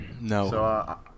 No